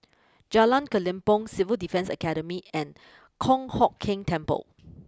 Jalan Kelempong Civil Defence Academy and Kong Hock Keng Temple